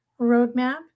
Roadmap